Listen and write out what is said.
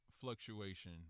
fluctuation